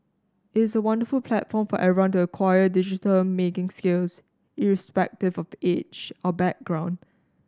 it is a wonderful platform for everyone to acquire digital making skills irrespective of age or background